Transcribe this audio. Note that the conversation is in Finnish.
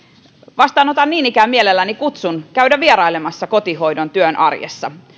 vastaanotan niin ikään mielelläni kutsun käydä vierailemassa kotihoidon työn arjessa